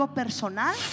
personal